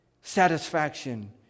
satisfaction